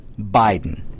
Biden